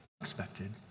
Unexpected